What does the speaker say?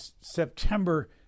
September